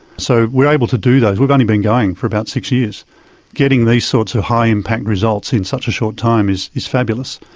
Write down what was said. so we're able to do those. we've only been going for about six years, and getting these sorts of high impact results in such a short time is is fabulous.